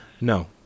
No